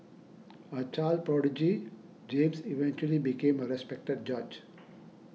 a child prodigy James eventually became a respected judge